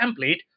template